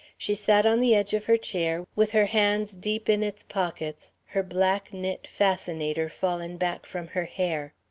she sat on the edge of her chair, with her hands deep in its pockets, her black knit fascinator fallen back from her hair.